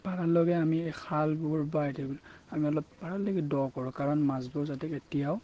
পাৰালৈকে আমি খালবোৰ বা এতিয়া আমি অলপ পাৰলৈকে দ' কৰো কাৰণ মাছবোৰ যাতে কেতিয়াও